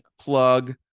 plug